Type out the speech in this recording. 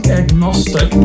agnostic